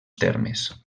termes